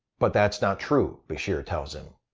but that's not true, bashir tells him.